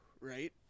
Right